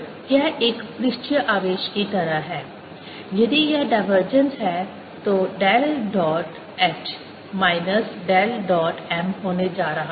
तो यह एक पृष्ठीय आवेश की तरह है यदि यह डाइवर्जेंस है तो del dot h minus del dot m होने जा रहा है